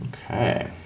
Okay